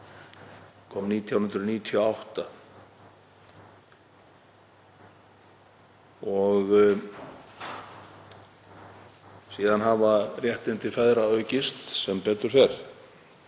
kom 1998 og síðan hafa réttindi feðra aukist, sem betur fer.